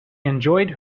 enjoyed